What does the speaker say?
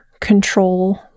control